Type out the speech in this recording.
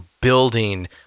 building